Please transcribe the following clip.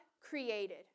created